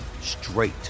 straight